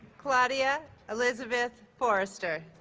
claudia elizabeth forrester